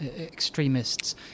extremists